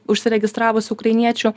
užsiregistravusi ukrainiečių